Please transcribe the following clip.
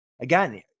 again